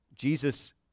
Jesus